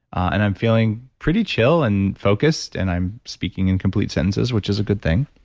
and i'm feeling pretty chill and focused. and i'm speaking in complete sentences, which is a good thing.